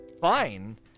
fine